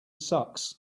sucks